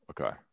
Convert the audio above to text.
okay